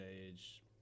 age